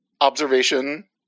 Observation